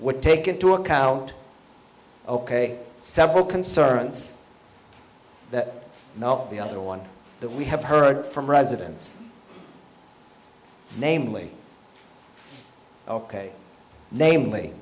would take into account ok several concerns that not the other one that we have heard from residents namely ok namely